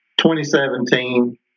2017